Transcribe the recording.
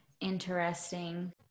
Interesting